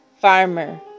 farmer